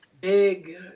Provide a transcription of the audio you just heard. big